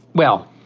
well,